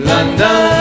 London